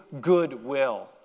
goodwill